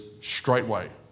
straightway